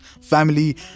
family